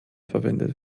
verwendet